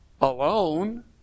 alone